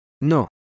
No